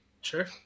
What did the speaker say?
Sure